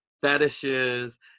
fetishes